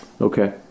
Okay